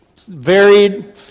varied